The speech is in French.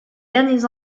derniers